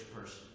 person